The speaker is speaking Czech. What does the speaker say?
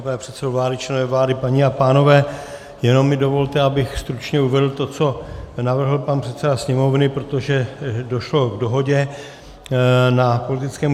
Vážený pane předsedo vlády, členové vlády, paní a pánové, jenom mi dovolte, abych stručně uvedl to, co navrhl pan předseda Sněmovny, protože došlo k dohodě na politickém grémiu.